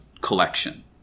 collection